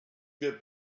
mir